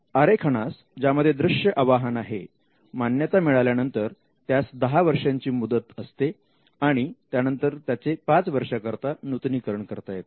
आरेखनास ज्यामध्ये दृश्य आवाहन आहे मान्यता मिळाल्यानंतर त्यास दहा वर्षाची मुदत असते आणि त्यानंतर त्याचे पाच वर्षाकरता नूतनीकरण करता येते